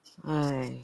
!aiya!